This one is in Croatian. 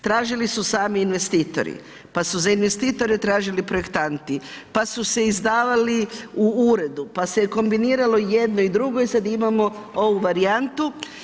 Tražili su sami investitori, pa su za investitori tražili projektanti, pa su se izdavali u uredu, pa se je kombiniralo i jedno i drugo i sada imamo ovu varijantu.